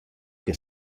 que